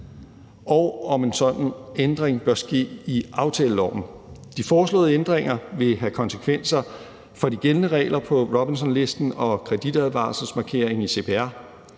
og om en sådan ændring bør ske i aftaleloven. De foreslåede ændringer vil have konsekvenser for de gældende regler på Robinsonlisten og kreditadvarselsmarkeringen i CPR.